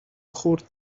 خرد